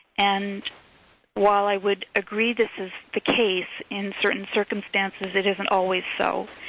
and while i would agree this is the case in certain circumstances, it isn't always so.